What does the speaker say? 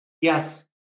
Yes